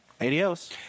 Adios